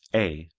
a.